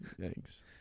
Thanks